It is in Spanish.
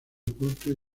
culto